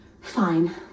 Fine